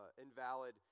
invalid